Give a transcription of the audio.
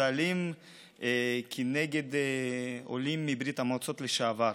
ואלים כנגד עולים מברית המועצות לשעבר.